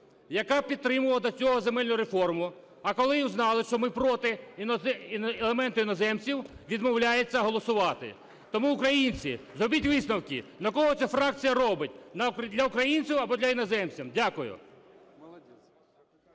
яка підтримувала до цього земельну реформу. А коли узнали, що ми проти елементу іноземців, відмовляються голосувати. Тому, українці, зробіть висновки, на кого ця фракція робить – для українців або для іноземців. Дякую.